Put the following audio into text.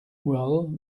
well